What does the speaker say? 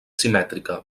simètrica